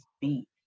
beat